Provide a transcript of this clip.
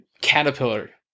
caterpillar